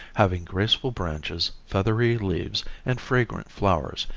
having graceful branches, feathery leaves and fragrant flowers,